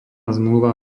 zmluva